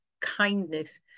kindness